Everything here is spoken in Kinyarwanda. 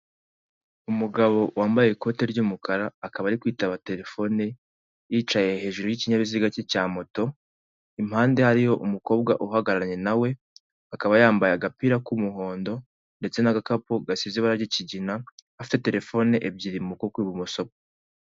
Umugabo wambaye ikote ry'umukara akaba ari kwitaba telefone yicaye hejuru y'ikinyabiziga cye cya moto, impande hariho umukobwa uhagararanye nawe akaba yambaye agapira k'umuhondo ndetse n'agakapu gasize ibara ry'ikigina afite telefone ebyiri mu kuboko kw'ibumoso bwe.